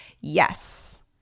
Yes